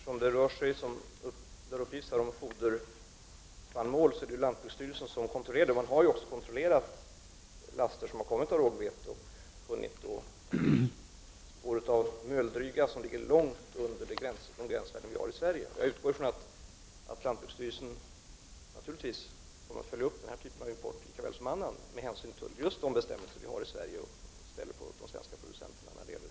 Herr talman! Eftersom det rör sig om vissa foderspannmål, är det lantbruksstyrelsen som skall kontrollera detta. Styrelsen har också kontrollerat laster av rågvete. Man har då funnit spår av mjöldryga som ligger långt över de gränsvärden vi har i Sverige. Jag utgår från att lantbruksstyrelsen naturligtvis kommer att följa upp denna typ av import, lika väl som all annan import, med hänsyn till just de bestämmelser vi har i Sverige och ställer på de svenska producenterna när det gäller hälsoaspekterna.